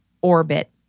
orbit